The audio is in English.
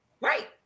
Right